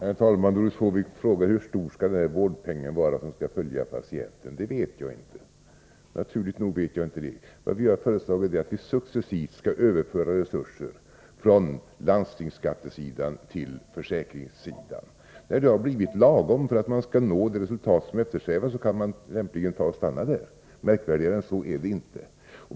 Herr talman! Doris Håvik frågar: Hur stor skall vårdpengen vara som skall följa patienten? Naturligt nog vet jag inte det. Vi har föreslagit att man skulle successivt överföra resurser från landstingsskattesidan till försäkringssidan. När det har blivit lagom för att man skall nå det resultat som eftersträvas kan man lämpligen stanna där. Märkvärdigare än så är det inte.